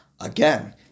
Again